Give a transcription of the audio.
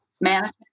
management